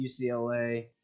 UCLA